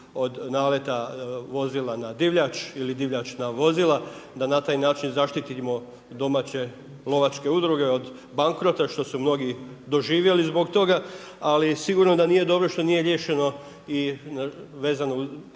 od naleta vozila na divljač ili divljač na vozila, da na taj način zaštitimo domače lovačke udruge od bankrota što su mnogi doživjeli zbog toga ali sigurno da nije dobro što nije riješeno i vezano